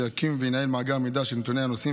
שיקים וינהל מאגר מידע של נתוני הנוסעים